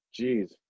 Jeez